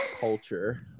culture